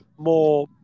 More